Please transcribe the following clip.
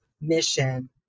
mission